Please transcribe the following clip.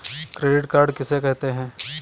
Credit card किसे कहते हैं?